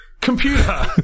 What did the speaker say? computer